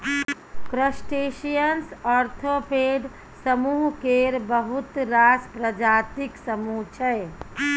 crustaceans arthropod समुह केर बहुत रास प्रजातिक समुह छै